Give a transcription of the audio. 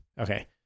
Okay